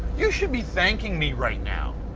you should be thanking me, right now.